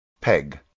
peg